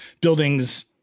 buildings